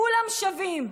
כולם שווים.